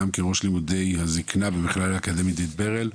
גם ראש הלימודים לזקנה במכללת בית ברל,